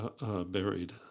buried